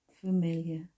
familiar